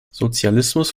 sozialismus